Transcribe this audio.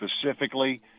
specifically